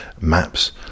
maps